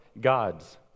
God's